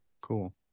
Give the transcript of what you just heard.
cool